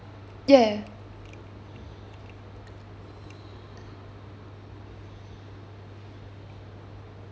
ya